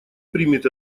примет